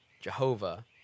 Jehovah